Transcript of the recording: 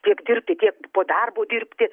tiek dirbti tiek po darbo dirbti